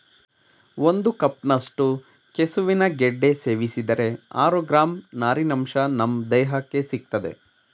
ಒಂದು ಕಪ್ನಷ್ಟು ಕೆಸುವಿನ ಗೆಡ್ಡೆ ಸೇವಿಸಿದರೆ ಆರು ಗ್ರಾಂ ನಾರಿನಂಶ ನಮ್ ದೇಹಕ್ಕೆ ಸಿಗ್ತದೆ